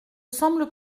semble